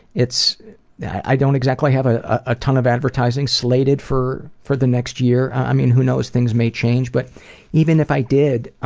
i don't exactly have a ton of advertising slated for for the next year. i mean, who knows, things may change, but even if i did,